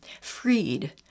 freed